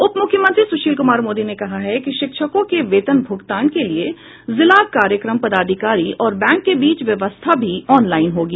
उपमुख्यमंत्री सुशील कुमार मोदी ने कहा है कि शिक्षकों के वेतन भुगतान के लिए जिला कार्यक्रम पदाधिकारी और बैंक के बीच व्यवस्था भी ऑनलाईन होगी